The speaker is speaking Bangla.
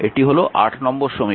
এটি হল নম্বর সমীকরণ